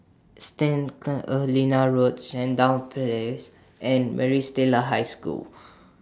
Saint Helena Road Sandown Place and Maris Stella High School